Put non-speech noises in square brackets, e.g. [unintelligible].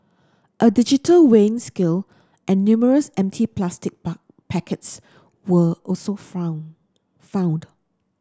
a digital weighing scale and numerous empty plastic [unintelligible] packets were also found found